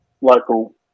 local